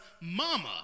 mama